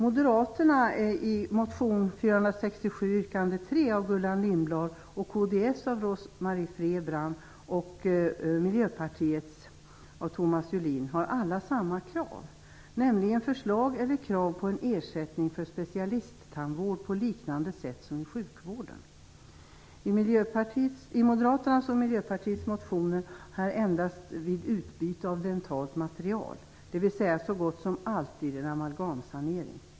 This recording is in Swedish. Moderaterna och Gullan Lindblad - i motion 467, yrkande 3 - kds och Rose-Marie Frebran och Miljöpartiet och Thomas Julin har alla samma krav, nämligen en ersättning för specialisttandvård på liknande sätt om i sjukvården. I Moderaternas och Miljöpartiets motioner skall det gälla endast vid utbyte av dentalt material, dvs. så gott som alltid vid en amalgamsanering.